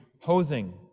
posing